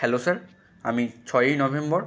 hello sir আমি ছয়ই November